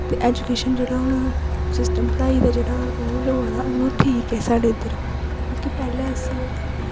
education जेह्ड़ा हून system पढ़ाई दा जेह्ड़ा ओह् ठीक ऐ हून साढ़े इद्धर क्योंकि पैह्लें अस